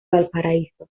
valparaíso